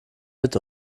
mit